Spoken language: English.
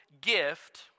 gift